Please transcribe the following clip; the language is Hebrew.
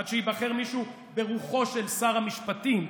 עד שייבחר מישהו ברוחו של שר המשפטים,